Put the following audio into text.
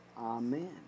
Amen